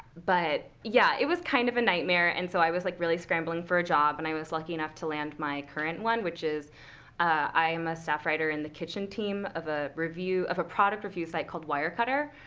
but yeah, it was, kind of, a nightmare. and so i was, like, really scrambling for a job, and i was lucky enough to land my current one, which is i am a staff writer in the kitchen team of a review of a product review site called wire cutter.